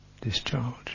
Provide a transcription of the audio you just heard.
discharge